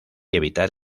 evitar